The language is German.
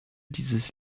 dieses